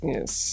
Yes